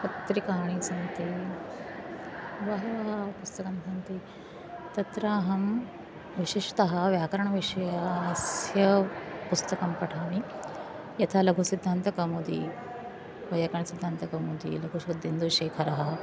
पत्रिकाणि सन्ति बहूनि पुस्तकानि सन्ति तत्र अहं विशेषतः व्याकरणविषयस्य पुस्तकं पठामि यथा लघुसिद्धान्तकौमुदी वैयाकरणसिद्धान्तकौमुदी लघुशब्देन्दुशेखरः